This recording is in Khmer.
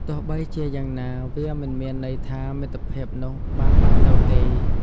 ទោះបីជាយ៉ាងណា វាមិនមានន័យថាមិត្តភាពនោះបានបាត់ទៅទេ។